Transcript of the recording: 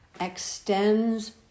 extends